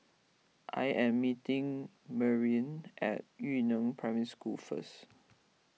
I am meeting Merilyn at Yu Neng Primary School first